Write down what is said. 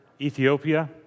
Ethiopia